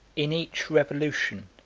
in each revolution,